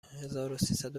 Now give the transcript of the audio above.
هزاروسیصد